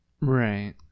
Right